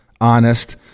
honest